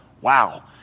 wow